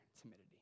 timidity